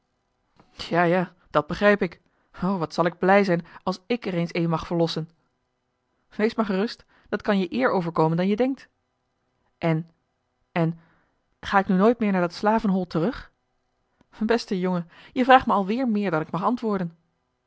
ja ja dat begrijp ik o wat zal ik blij zijn als ik er eens een mag verlossen joh h been paddeltje de scheepsjongen van michiel de ruijter wees maar gerust dat kan je eer overkomen dan je denkt en en ga ik nu nooit meer naar dat slavenhol terug beste jongen je vraagt me alweer meer dan ik mag